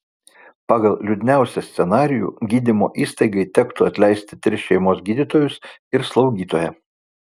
pagal liūdniausią scenarijų gydymo įstaigai tektų atleisti tris šeimos gydytojus ir slaugytoją